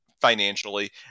financially